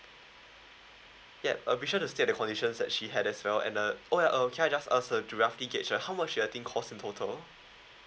yup uh be sure to state the conditions that she had as well and uh or uh can I just ask uh do you roughly get uh how much your thing cost in total